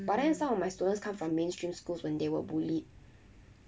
but then some of my students come from mainstream schools when they were bullied